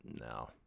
No